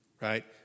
right